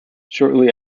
shortly